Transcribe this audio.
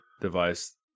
device